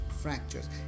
fractures